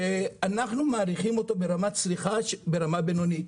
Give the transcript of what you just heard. שאנחנו מעריכים אותו ברמת צריכה בינונית.